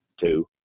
two